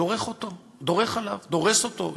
דורך עליו, דורס אותו.